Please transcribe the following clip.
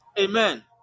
Amen